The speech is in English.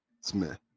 smith